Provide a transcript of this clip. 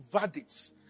Verdicts